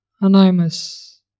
Anonymous